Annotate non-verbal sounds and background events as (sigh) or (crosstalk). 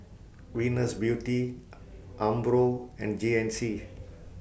Venus Beauty (noise) Umbro and G N C